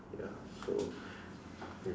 ya so ya